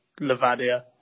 Lavadia